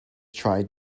tried